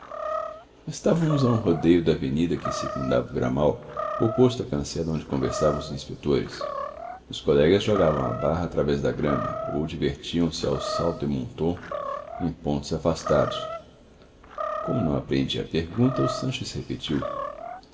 estávamos a um rodeio da avenida que circundava o gramal oposto à cancela onde conversavam os inspetores os colegas jogavam barra através da grama ou se divertiam ao saut de mouton em pontos afastados como não apreendi a pergunta o sanches repetiu